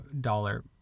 dollar